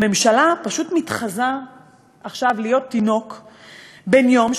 הממשלה פשוט מתחזה עכשיו לתינוק בן-יום,